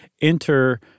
enter